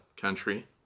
country